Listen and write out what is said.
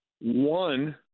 one